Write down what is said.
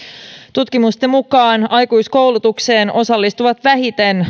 tutkimusten mukaan aikuiskoulutukseen osallistuvat vähiten